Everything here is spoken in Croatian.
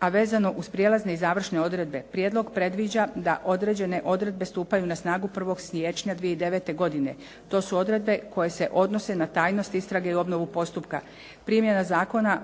a vezane uz prijelazne i završne odredbe. Prijedlog predviđa da određene odredbe stupaju na snagu 1. siječnja 2009. godine. To su odredbe koje se odnose na tajnost istrage i obnovu postupka. Primjena zakona